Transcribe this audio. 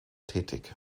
tätig